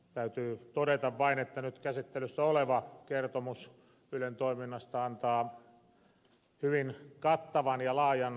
täytyy todeta vain että nyt käsittelyssä oleva kertomus ylen toiminnasta antaa hyvin kattavan ja laajan kuvan